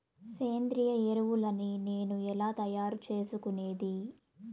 సేంద్రియ ఎరువులని నేను ఎలా తయారు చేసుకునేది?